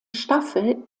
staffel